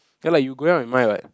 ya lah you going out with Mai [what]